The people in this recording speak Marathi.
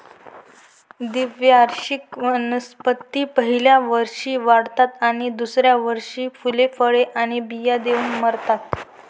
द्विवार्षिक वनस्पती पहिल्या वर्षी वाढतात आणि दुसऱ्या वर्षी फुले, फळे आणि बिया देऊन मरतात